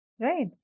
right